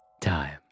time